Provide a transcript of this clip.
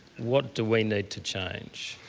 what do we need to change?